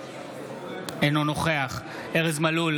אינו נוכח ארז מלול,